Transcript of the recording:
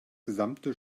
gesamte